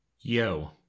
Yo